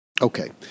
Okay